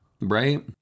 right